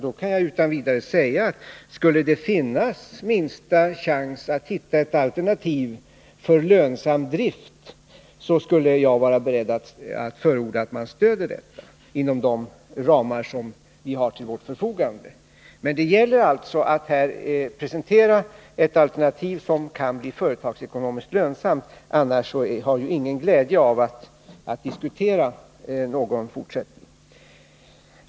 Jag kan utan vidare säga att skulle det finnas minsta chans att hitta ett alternativ för lönsam drift skulle jag vara beredd att förorda ett stöd för detta inom de ramar vi har till vårt förfogande. Men det gäller att presentera ett alternativ som kan bli företagsekonomiskt lönsamt, annars har vi ingen glädje av att diskutera någon fortsättning.